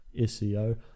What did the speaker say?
SEO